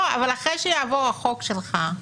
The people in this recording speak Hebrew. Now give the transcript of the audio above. אבל אחרי שיעבור החוק שלך.